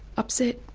upset.